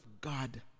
God